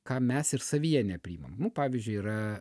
ką mes ir savyje nepriimam nu pavyzdžiui yra